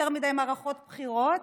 יותר מדי מערכות בחירות,